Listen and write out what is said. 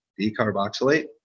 decarboxylate